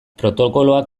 protokoloak